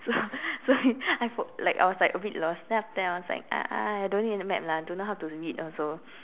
so so I I fo~ like I was like a bit lost then after that everyone's like ah I don't need the map lah don't know how to read also